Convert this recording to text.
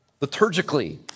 liturgically